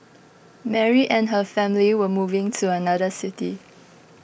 Mary and her family were moving to another city